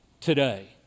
today